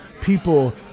people